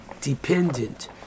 dependent